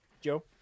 Joe